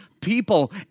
people